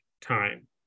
time